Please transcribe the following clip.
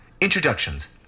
Introductions